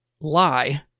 lie